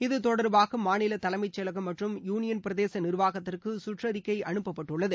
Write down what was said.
இது தொடர்பாக மாநில தலைமைச் செயலகம் மற்றும் யூனியன் பிரதேச நிர்வாகத்திற்கு சுற்றறிக்கை அனுப்பப்பட்டுள்ளது